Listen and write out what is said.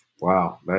Wow